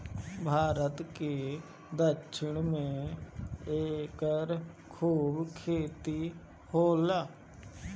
भारत के दक्षिण में एकर खूब खेती होखेला